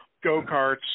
Go-karts